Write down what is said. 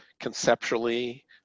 conceptually